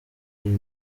iyi